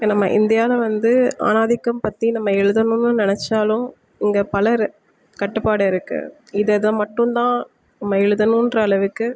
இப்போ நம்ம இந்தியாவில் வந்து ஆணாதிக்கம் பற்றி நம்ம எழுதணுன்னு நினச்சாலும் இங்கே பலர் கட்டுப்பாடு இருக்கு இதை இதை மட்டும்தான் நம்ம எழுதணுன்ற அளவுக்கு